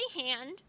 hand